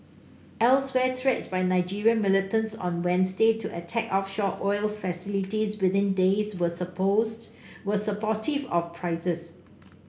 elsewhere threats by Nigerian militants on Wednesday to attack offshore oil facilities within days were supports were supportive of prices